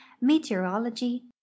meteorology